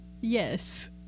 Yes